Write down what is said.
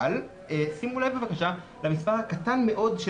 אבל שימו לב בבקשה למספר הקטן מאוד של